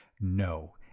No